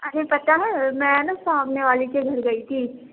ارے پتہ ہے میں نے سامنے والے کے گھر گئی تھی